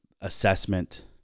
assessment